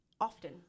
often